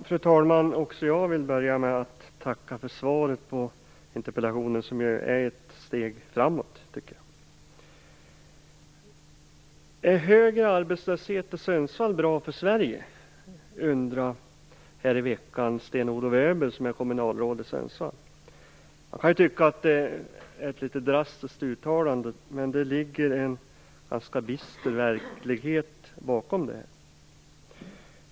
Fru talman! Också jag vill börja med att tacka för svaret på interpellationen som jag tycker är ett steg framåt. Är högre arbetslöshet i Sundsvall bra för Sverige? undrade i veckan Sten-Olof Öberg, som är kommunalråd i Sundsvall. Man kan tycka att det är ett drastiskt uttalande, men det ligger en ganska bister verklighet bakom det.